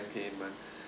payment